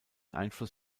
einfluss